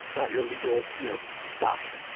not your legal you know stuff.